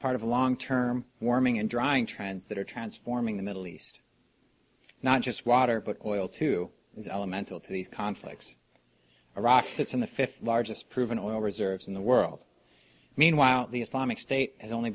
part of a long term warming and drying trends that are transforming the middle east not just water but oil too is elemental to these conflicts iraq sits in the fifth largest proven oil reserves in the world meanwhile the islamic state has only